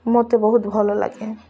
ମୋତେ ବହୁତ ଭଲ ଲାଗେ